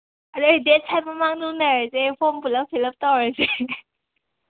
ꯑꯗꯨ ꯑꯩ date five ꯃꯃꯥꯡꯗ ꯎꯟꯅꯔꯁꯦ ꯐꯣꯝ ꯄꯨꯟꯂꯞ ꯐꯤꯜꯑꯞ ꯇꯧꯔꯁꯦ